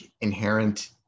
inherent